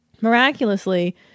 miraculously